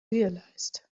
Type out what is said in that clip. realized